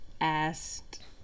asked